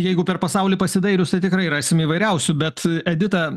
jeigu per pasaulį pasidairius tai tikrai rasim įvairiausių bet edita